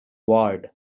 ward